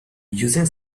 using